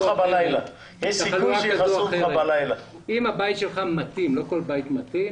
אם הבית שלך מתאים לא כל בית מתאים